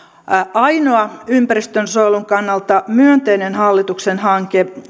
ainoa ympäristönsuojelun kannalta myönteinen hallituksen hanke